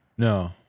No